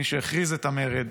מי שהכריז את המרד,